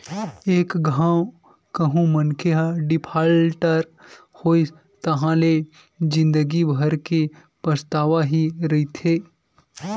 एक घांव कहूँ मनखे ह डिफाल्टर होइस ताहाँले ले जिंदगी भर के पछतावा ही रहिथे